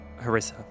harissa